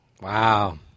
Wow